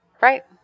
Right